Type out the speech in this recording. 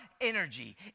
energy